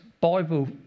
Bible